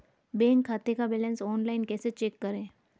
Bank खाते का balance online कैसे चेक करें?